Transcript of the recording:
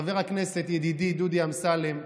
חבר הכנסת ידידי דודי אמסלם,